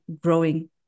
growing